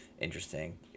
interesting